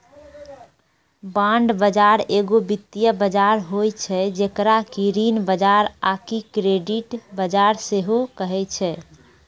bond बजार एगो वित्तीय बजार होय छै जेकरा कि ऋण बजार आकि क्रेडिट बजार सेहो कहै छै